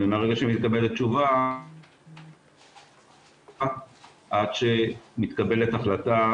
ומהרגע שמתקבלת תשובה עד שמתקבלת החלטה